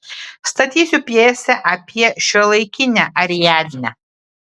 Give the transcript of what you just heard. statysiu pjesę apie šiuolaikinę ariadnę